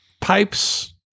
Pipes